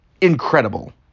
incredible